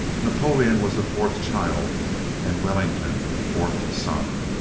napoleon was a fourth child and wellington a fourth son.